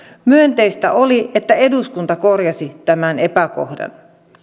myönteistä oli että eduskunta korjasi tämän epäkohdan